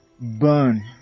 burn